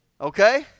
Okay